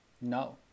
No